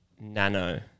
Nano